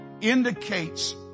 indicates